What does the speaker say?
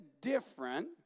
different